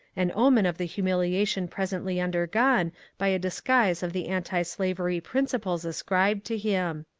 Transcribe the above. an omen of the humili ation presently undergone by a disguise of the antislavery principles ascribed to him.